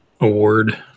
award